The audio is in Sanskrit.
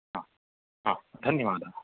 हा हा धन्यवादः